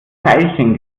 veilchen